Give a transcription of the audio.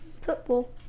football